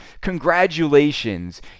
congratulations